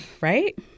Right